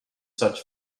such